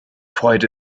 freude